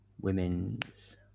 Women's